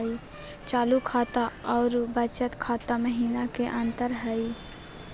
चालू खाता अरू बचत खाता महिना की अंतर हई?